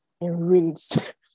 enraged